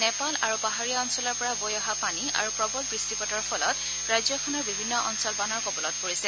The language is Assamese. নেপাল আৰু পাহাৰীয়া অঞ্চলৰ পৰা বৈ অহা পানী আৰু প্ৰবল বৃষ্টিপাতৰ ফলত ৰাজ্যখনৰ বিভিন্ন অঞ্চল বানৰ কবলত পৰিছে